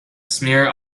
smear